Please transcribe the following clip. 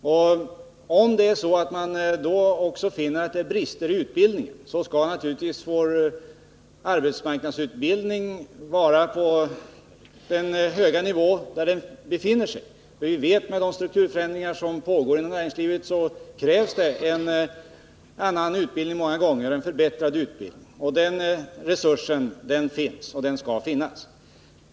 Om man då också finner att de sökande uppvisar brister i utbildningen skall naturligtvis våra insatser inom arbetsmarknadsutbildningen ligga kvar på den höga nivå där den befinner sig. Vi vet att det som en följd av de strukturförändringar som pågår inom näringslivet många gånger krävs en annan och bättre utbildning. Den resursen finns och skall finnas.